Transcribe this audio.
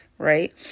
Right